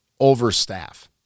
overstaff